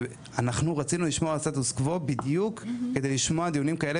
ואנחנו רצינו לשמוע סטטוס קוו בדיוק כדי לשמוע דיונים כאלה